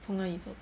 从哪里找到的